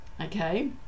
okay